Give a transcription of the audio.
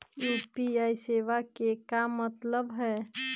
UPI सेवा के का मतलब है?